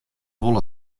wol